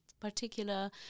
particular